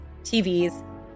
TVs